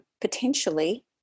potentially